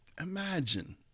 imagine